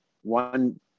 one